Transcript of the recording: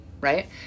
Right